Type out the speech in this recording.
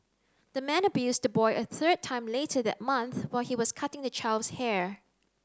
the man abused the boy a third time later that month while he was cutting the child's hair